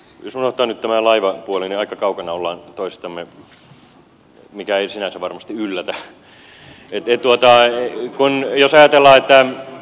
jos unohtaa nyt tämän laivapuolen niin aika kaukana olemme toisistamme mikä ei sinänsä varmasti yllätä